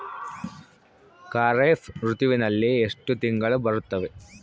ಖಾರೇಫ್ ಋತುವಿನಲ್ಲಿ ಎಷ್ಟು ತಿಂಗಳು ಬರುತ್ತವೆ?